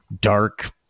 dark